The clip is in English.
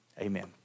Amen